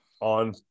on